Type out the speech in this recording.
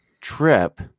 trip